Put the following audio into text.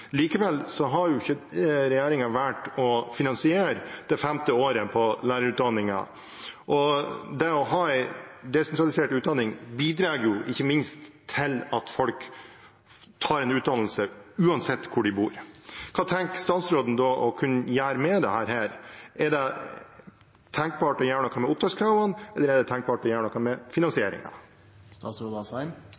Likevel har ikke regjeringen valgt å finansiere det femte året på lærerutdanningen. Det å ha en desentralisert utdanning bidrar ikke minst til at folk tar en utdannelse uansett hvor de bor. Hva tenker statsråden da å kunne gjøre med dette? Er det tenkbart å gjøre noe med opptakskravene, eller er det tenkbart å gjøre noe med